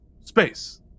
Space